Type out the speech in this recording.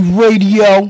radio